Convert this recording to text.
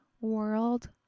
world